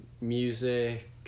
music